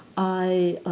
i